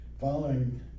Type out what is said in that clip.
Following